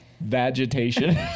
Vegetation